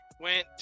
Went